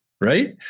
Right